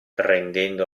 rendendo